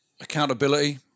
accountability